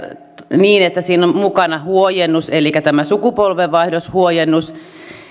niin että siinä on mukana huojennus tämä sukupolvenvaihdoshuojennus